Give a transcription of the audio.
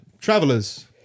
travelers